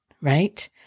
right